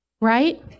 right